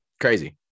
crazy